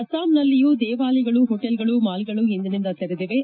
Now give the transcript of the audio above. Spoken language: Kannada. ಅಸ್ಲಾಂನಲ್ಲಿಯೂ ದೇವಾಲಯಗಳು ಹೋಟೆಲ್ಗಳು ಮಾಲ್ಗಳು ಇಂದಿನಿಂದ ತೆರೆದಿವೆ